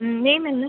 ம் நேம் என்ன